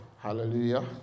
Hallelujah